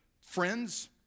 friends